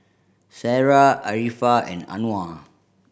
Sarah Arifa and Anuar